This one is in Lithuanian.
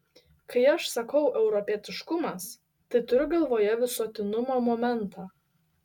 kai aš sakau europietiškumas tai turiu galvoje visuotinumo momentą